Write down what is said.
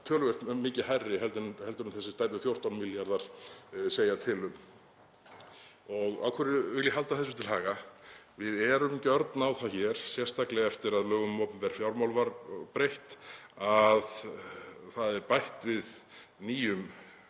töluvert mikið hærri en þessir tæpu 14 milljarðar segja til um. Af hverju vil ég halda þessu til haga? Við erum gjörn á það hér, sérstaklega eftir að lögum um opinber fjármál var breytt, að það er bætt við nýjum